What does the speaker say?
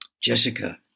Jessica